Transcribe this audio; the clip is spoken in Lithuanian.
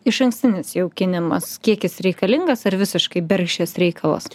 išankstinis jaukinimas kiek jis reikalingas ar visiškai bergždžias reikalas